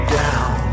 down